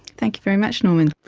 thank you very much norman.